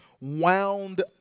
wound